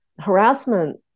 Harassment